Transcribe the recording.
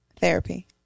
Therapy